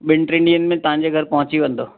ॿिनि टिनि ॾींहंनि में तव्हांज़े घर पोहची वेंदो